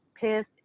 pissed